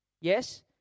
Yes